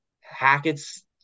Hackett's